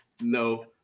no